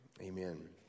Amen